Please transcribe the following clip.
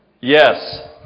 Yes